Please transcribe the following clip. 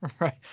Right